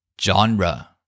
Genre